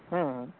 ᱦᱮᱸ